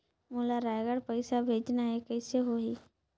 मोला रायगढ़ पइसा भेजना हैं, कइसे होही?